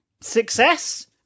success